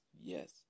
yes